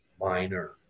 minor